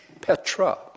petra